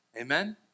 Amen